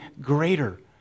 greater